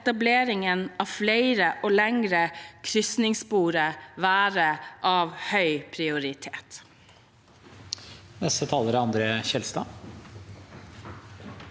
etableringen av flere og lengre krysningsspor være av høy prioritet.